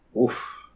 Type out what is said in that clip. oof